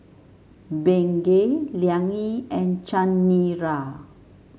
Bengay Liang Yi and Chanira